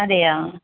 അതെയോ